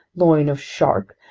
loin of shark,